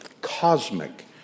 cosmic